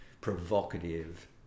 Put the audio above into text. provocative